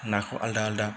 नाखौ आलादा आलादा